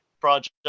project